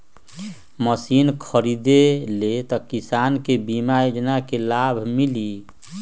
Machine खरीदे ले किसान के बीमा योजना के लाभ मिली?